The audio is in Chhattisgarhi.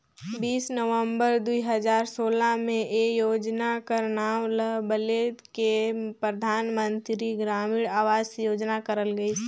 बीस नवंबर दुई हजार सोला में ए योजना कर नांव ल बलेद के परधानमंतरी ग्रामीण अवास योजना करल गइस